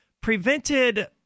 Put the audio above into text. prevented